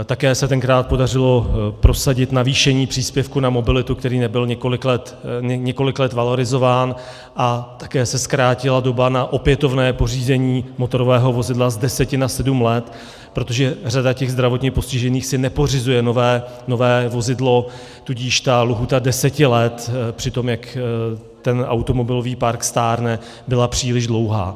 Také se tenkrát podařilo prosadit navýšení příspěvku na mobilitu, který nebyl několik let valorizován, a také se zkrátila doba na opětovné pořízení motorového vozidla z 10 na 7 let, protože řada těch zdravotně postižených si nepořizuje nové vozidlo, tudíž ta lhůta deseti let při tom, jak automobilový park stárne, byla příliš dlouhá.